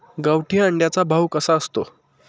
गावठी अंड्याचा भाव कसा असतो?